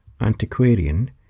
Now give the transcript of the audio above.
antiquarian